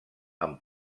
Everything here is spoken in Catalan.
amb